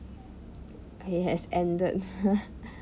it has ended